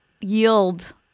yield